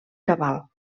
cabal